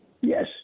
Yes